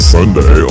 Sunday